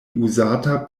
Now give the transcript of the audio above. uzata